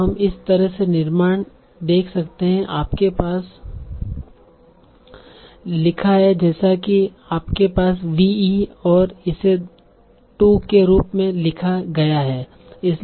तो हम इस तरह से निर्माण देख रहे हैं आपके पास लिखा है जैसा कि आपके पास v e और इसे 2 के रूप में लिखा गया है